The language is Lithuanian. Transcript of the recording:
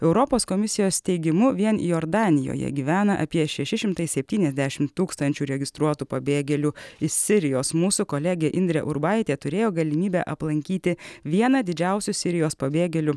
europos komisijos teigimu vien jordanijoje gyvena apie šeši šimtai septyniasdešimt tūkstančių registruotų pabėgėlių iš sirijos mūsų kolegė indrė urbaitė turėjo galimybę aplankyti vieną didžiausių sirijos pabėgėlių